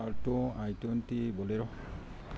Alto i twenty Bolero